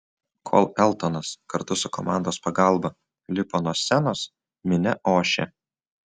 kol eltonas kartu su komandos pagalba lipo nuo scenos minia ošė